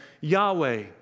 Yahweh